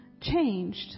changed